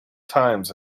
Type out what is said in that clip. times